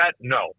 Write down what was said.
No